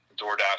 DoorDash